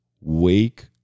wake